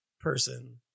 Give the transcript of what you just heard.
person